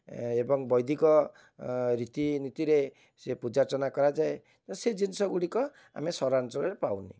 ଏବଂ ବୈଦିକ ରୀତିନୀତିରେ ସେ ପୂଜା ଅର୍ଚ୍ଚନା କରାଯାଏ ତ ସେ ଜିନିଷଗୁଡ଼ିକ ଆମେ ସହରାଞ୍ଚଳରେ ପାଉନେ